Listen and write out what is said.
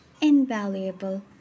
invaluable